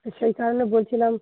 তো সেই কারণে বলছিলাম